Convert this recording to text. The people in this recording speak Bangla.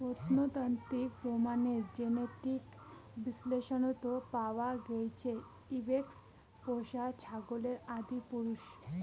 প্রত্নতাত্ত্বিক প্রমাণের জেনেটিক বিশ্লেষনত পাওয়া গেইছে ইবেক্স পোষা ছাগলের আদিপুরুষ